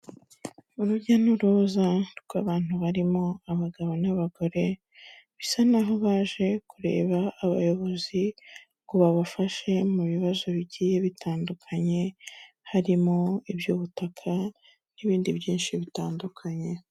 Urujya n'uruza rw'abantu barimo abagabo n'abagore, bisa naho baje kureba abayobozi ngo babafashe mu bibazo bigiye bitandukanye, harimo iby'ubutaka n'ibindi byinshi bitandukanye.